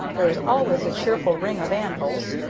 there is always a cheerful ring of anvils,